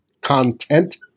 content